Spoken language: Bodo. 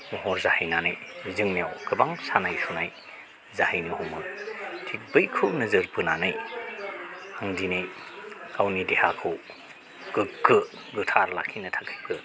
महर जाहैनानै जोंनियाव गोबां सानाय सुनाय जाहैनो हमो थिख बैखौ नोजोर बोनानै आं दिनै गावनि देहाखौ गोग्गो गोथार लाखिनो थाखायबो